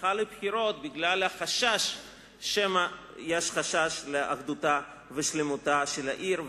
הלכה לבחירות בגלל החשש שמא יש חשש לאחדותה ולשלמותה של העיר,